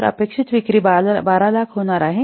तर अपेक्षित विक्री 1200000 होणार आहे